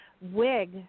wig